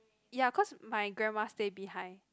ya cause my grandma stay behind